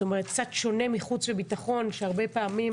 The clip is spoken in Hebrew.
זאת אומרת, זה קצת שונה מחוץ וביטחון שהרבה פעמים